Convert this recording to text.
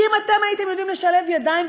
כי אם אתם הייתם יודעים לשלב ידיים,